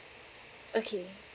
okay